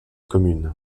commune